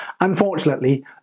Unfortunately